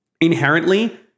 inherently